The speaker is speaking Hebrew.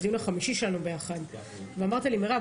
הדיון החמישי שלנו ביחד אמרת לי: מירב,